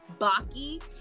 Baki